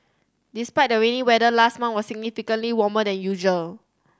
despite the rainy weather last month was significantly warmer than usual